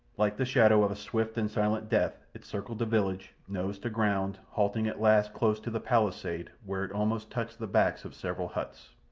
like the shadow of a swift and silent death it circled the village, nose to ground, halting at last close to the palisade, where it almost touched the backs of several huts.